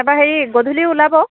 তাৰপৰা হেৰি গধূলি ওলাব